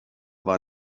war